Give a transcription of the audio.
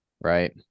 Right